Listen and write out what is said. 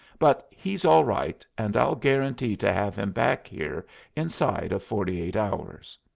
but he's all right, and i'll guarantee to have him back here inside of forty-eight hours.